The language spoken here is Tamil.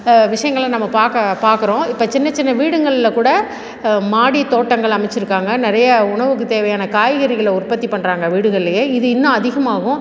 விஷயங்களை நம்ம பார்க்க பார்க்குறோம் இப்போ சின்ன சின்ன வீடுங்கள்ல கூட மாடி தோட்டங்கள் அமைச்சிருக்காங்க நிறைய உணவுக்கு தேவையான காய்கறிகளை உற்பத்தி பண்ணுறாங்க வீடுகள்லேயே இது இன்னும் அதிகமாகும்